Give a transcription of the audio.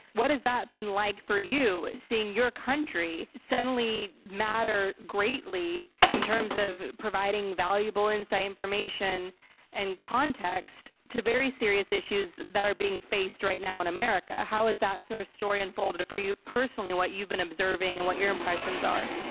what has that been like for you, seeing your country suddenly matter greatly in terms of providing valuable inside information and context to very serious issues that are being faced right now in america? how has that sort of story unfolded for you personally, what you've been observing and what your impressions are?